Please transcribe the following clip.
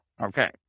okay